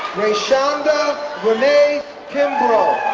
rayshonda renee kimbrough